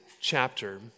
chapter